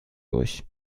durch